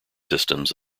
systems